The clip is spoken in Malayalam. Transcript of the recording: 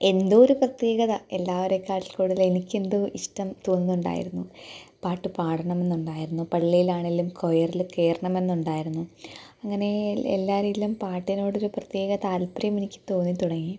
എന്തോ ഒരു പ്രത്യേകത എല്ലാവരെക്കാട്ടിൽ കൂടുതൽ എനിക്കെന്തോ ഇഷ്ടം തോന്നുന്നുണ്ടായിരുന്നു പാട്ട് പാടണമെന്നുണ്ടായിരുന്നു പള്ളിയിലാണെങ്കിലും കൊയറിൽ കയറണമെന്നുണ്ടായിരുന്നു അങ്ങനെ എല്ലാ രീതിയിലും പാട്ടിനോടൊരു പ്രത്യേക താൽപ്പര്യം എനിക്ക് തോന്നിത്തുടങ്ങി